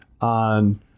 on